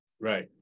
Right